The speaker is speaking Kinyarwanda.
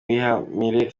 biramahire